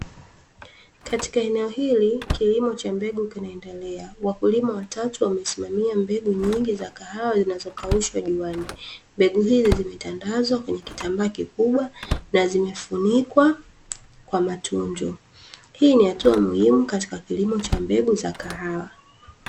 Katika eneo hili kilimo cha mbegu kinaendelea, wakulima watatu wamesimamia mbegu nyingi za kahawa zinazokaushwa juani. Mbegu hizi zimetandazwa kwenye kitambaa kikubwa na zimefunikwa kwa matunzo. Hii ni hatua muhimu katika kilimo cha mbegu za kahawa.